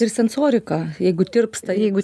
ir sensorika jeigu tirpsta jeigu